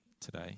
today